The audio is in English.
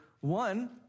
One